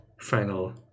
final